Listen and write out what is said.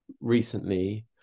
recently